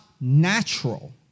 natural